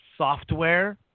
software